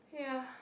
ya